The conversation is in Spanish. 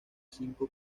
cinco